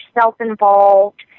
self-involved